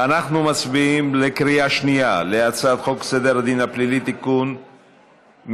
אנחנו מצביעים בקריאה שנייה על הצעת חוק סדר הדין הפלילי (תיקון מס'